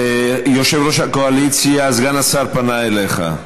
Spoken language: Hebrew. יושב-ראש הקואליציה, סגן השר פנה אליך.